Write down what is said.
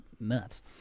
nuts